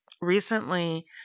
Recently